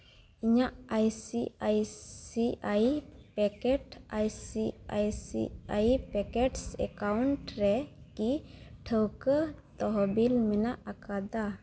ᱤᱧᱟᱹᱜ I C I C I Pocket I C I C I Pockets account ᱨᱮ ᱠᱤ ᱴᱷᱟᱹᱣᱠᱟᱹ ᱛᱚᱦᱚᱵᱤᱞ ᱢᱮᱱᱟᱜ ᱟᱠᱟᱫᱟ